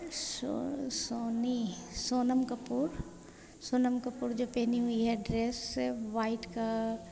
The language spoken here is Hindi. सो सोनी सोनम कपूर सोनम कपूर जो पहनी हुई है ड्रेस व्हाइट का